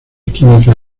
químicas